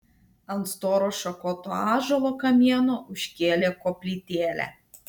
ant storo šakoto ąžuolo kamieno užkėlė koplytėlę